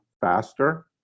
faster